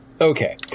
Okay